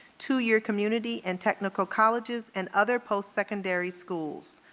two-year community and technical colleges and other postsecondary schools.